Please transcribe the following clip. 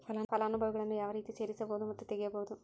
ಫಲಾನುಭವಿಗಳನ್ನು ಯಾವ ರೇತಿ ಸೇರಿಸಬಹುದು ಮತ್ತು ತೆಗೆಯಬಹುದು?